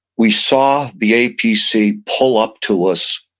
we saw the apc pull up to us,